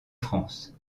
france